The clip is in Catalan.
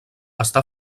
està